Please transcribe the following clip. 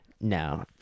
No